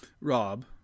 rob